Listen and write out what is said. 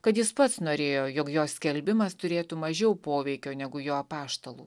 kad jis pats norėjo jog jo skelbimas turėtų mažiau poveikio negu jo apaštalų